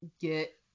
get